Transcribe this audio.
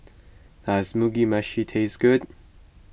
does Mugi Meshi taste good